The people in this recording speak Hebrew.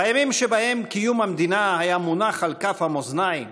בימים שבהם קיום המדינה היה מונח על כף המאזניים